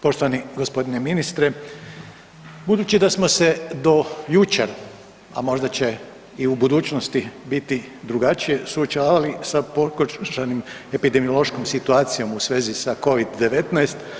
Poštovani g. ministre, budući da smo se do jučer, a možda će i u budućnosti biti drugačije, suočavali sa pogoršanom epidemiološkom situacijom u svezi s Covid-19.